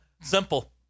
Simple